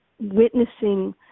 witnessing